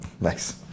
Nice